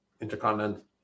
Intercontinental